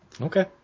Okay